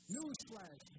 Newsflash